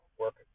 work